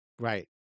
Right